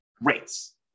rates